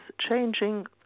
changing